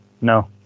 no